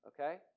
okay